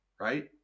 right